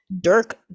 Dirk